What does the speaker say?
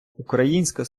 українська